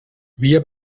wir